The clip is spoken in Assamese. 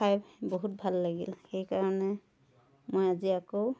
খাই বহুত ভাল লাগিল সেইকাৰণে মই আজি আকৌ